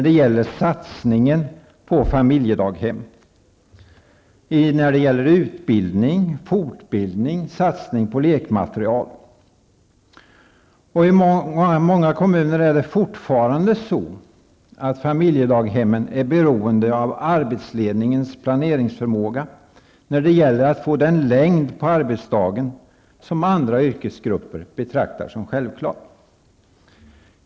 Det gällde satsningen på familjedaghem i fråga om utbildning, fortbildning och satsning på lekmaterial. I många kommuner är det fortfarande så att familjedaghemmen är beroende av arbetsledningens planeringsförmåga för att få den längd på arbetsdagen som andra yrkesgrupper betraktar som självklar.